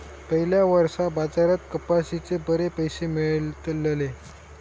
पयल्या वर्सा बाजारात कपाशीचे बरे पैशे मेळलले